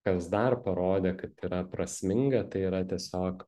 kas dar parodė kad yra prasminga tai yra tiesiog